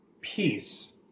peace